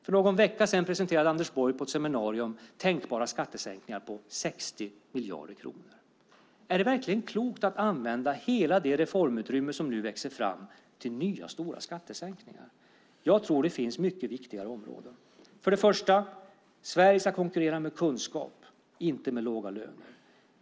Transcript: För någon vecka sedan presenterade Anders Borg på ett seminarium tänkbara skattesänkningar på 60 miljarder kronor. Är det verkligen klokt att använda hela det reformutrymme som nu växer fram till nya, stora skattesänkningar? Jag tror att det finns mycket viktigare områden. Först och främst ska Sverige konkurrera med kunskap och inte med låga löner.